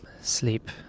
sleep